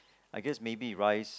I guess maybe rice